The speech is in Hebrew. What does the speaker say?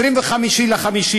25 במאי,